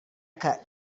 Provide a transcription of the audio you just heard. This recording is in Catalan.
que